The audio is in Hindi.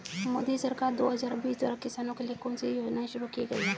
मोदी सरकार दो हज़ार बीस द्वारा किसानों के लिए कौन सी योजनाएं शुरू की गई हैं?